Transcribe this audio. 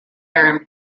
are